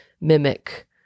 mimic